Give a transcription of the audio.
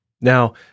Now